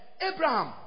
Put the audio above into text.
Abraham